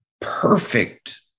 perfect